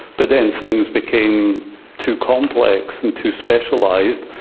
but then things became too complex and too specialised,